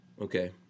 Okay